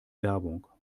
werbung